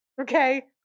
Okay